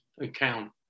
account